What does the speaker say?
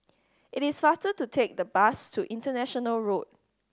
it is faster to take the bus to International Road